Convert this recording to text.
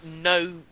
no